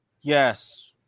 Yes